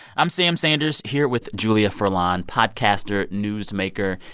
i'm sam sanders, here with julia furlan, podcaster, newsmaker,